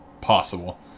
possible